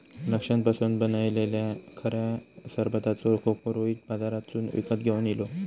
द्राक्षांपासून बनयलल्या खऱ्या सरबताचो खोको रोहित बाजारातसून विकत घेवन इलो